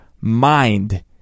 mind